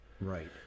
Right